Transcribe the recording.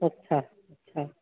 अच्छा अच्छा